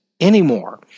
anymore